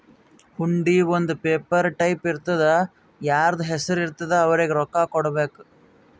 ಹುಂಡಿ ಒಂದ್ paper type ಇರ್ತುದಾ ಯಾರ್ದು ಹೆಸರು ಇರ್ತುದ್ ಅವ್ರಿಗ ರೊಕ್ಕಾ ಕೊಡ್ಬೇಕ್